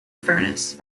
furnace